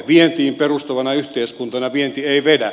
vientiin perustuvana yhteiskuntana vienti ei vedä